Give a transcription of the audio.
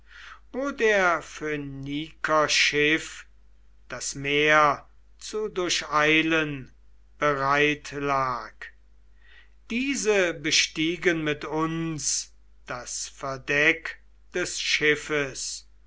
wo der phöniker schiff das meer zu durcheilen bereit lag diese bestiegen mit uns das verdeck des schiffes